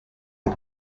ido